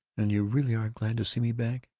and you really are glad to see me back?